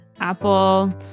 Apple